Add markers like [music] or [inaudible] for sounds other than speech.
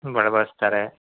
[unintelligible] ಬಳಸ್ತಾರೆ